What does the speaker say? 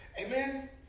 Amen